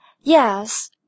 Yes